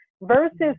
versus